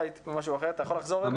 תחזור.